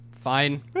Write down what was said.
fine